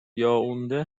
یائونده